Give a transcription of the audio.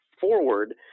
forward